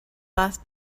last